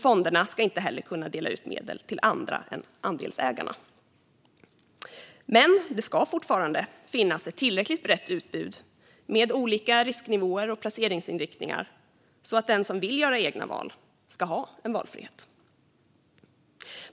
Fonderna ska inte heller kunna dela ut medel till andra än andelsägarna. Men det ska fortfarande finnas ett tillräckligt brett utbud med olika risknivåer och placeringsinriktningar så att den som vill göra egna val ska ha en valfrihet.